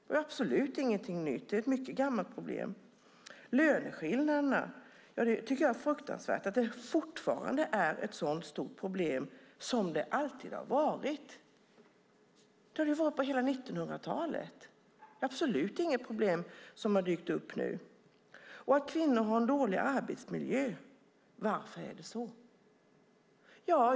Det är absolut ingenting nytt utan ett mycket gammalt problem. Löneskillnaderna tycker jag är fruktansvärt att det fortfarande är ett så stort problem - som det alltid har varit. Det har varit det under hela 1900-talet. Det är absolut inget problem som har dykt upp nu. Varför är det så att kvinnor har en dålig arbetsmiljö?